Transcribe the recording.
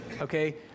okay